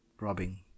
robbing